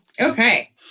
Okay